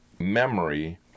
memory